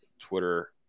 Twitter